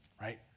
right